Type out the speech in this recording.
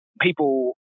people